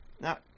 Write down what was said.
Now